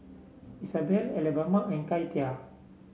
Isabell Alabama and Katia